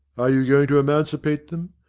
are you going to emancipate them?